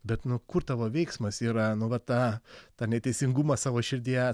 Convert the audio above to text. bet nu kur tavo veiksmas yra nu va ta tą neteisingumą savo širdyje